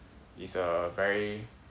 is a very